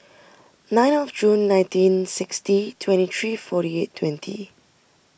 nine of June nineteen sixty twenty three forty eight twenty